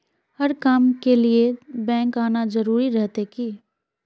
हर काम के लिए बैंक आना जरूरी रहते की?